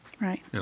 Right